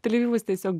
tel avivas tiesiog